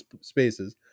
spaces